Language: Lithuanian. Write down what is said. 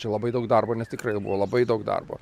čia labai daug darbo nes tikrai jau buvo labai daug darbo